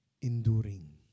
enduring